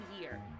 year